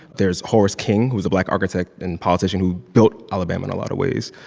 there's horace king, who was a black architect and politician who built alabama in a lot of ways.